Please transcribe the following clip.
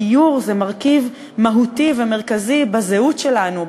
דיור זה מרכיב מהותי ומרכזי בזהות שלנו,